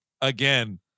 again